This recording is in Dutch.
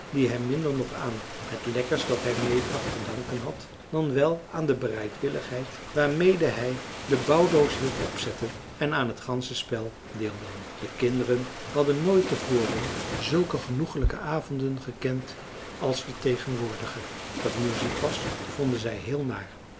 die hij minder nog aan het lekkers dat hij meebracht te danken had dan wel aan de bereidwilligheid waarmede hij de bouwdoos hielp opzetten en aan het ganzenspel deelnam de kinderen hadden nooit te voren zulke genoegelijke avonden gekend als de tegenwoordige dat moe ziek was vonden zij heel naar